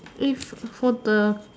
if for the